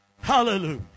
Hallelujah